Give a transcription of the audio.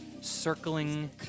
circling